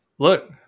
look